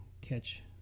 catch